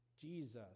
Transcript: Jesus